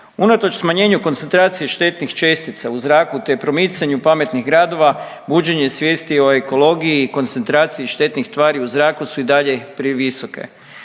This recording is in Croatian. Unatoč smanjenju koncentracije štetnih čestica u zraku, te promicanju pametnih gradova, buđenje svijesti o ekologiji i koncentraciji štetnih tvari u zraku su i dalje previsoke.